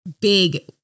big